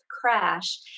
crash